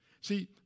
See